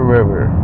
River